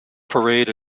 parade